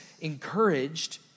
encouraged